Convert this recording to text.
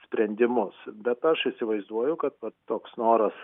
sprendimus bet aš įsivaizduoju kad kad toks noras